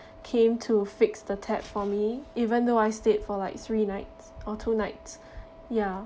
came to fix the tap for me even though I stayed for like three nights or two nights ya